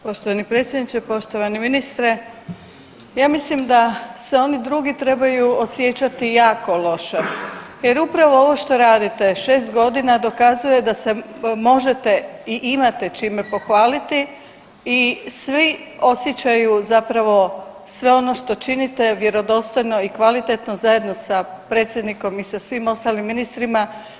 Poštovani predsjedniče, poštovani ministre ja mislim da se oni drugi trebaju osjećati jako loše jer upravo što radite 6 godina dokazuje da se možete i imate čime pohvaliti i svi osjećaju zapravo sve ono što činite vjerodostojno i kvalitetno zajedno sa predsjednikom i sa svim ostalim ministrima.